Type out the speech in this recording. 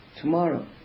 Tomorrow